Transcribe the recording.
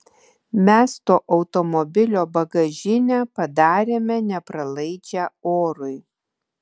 mes to automobilio bagažinę padarėme nepralaidžią orui